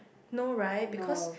no right because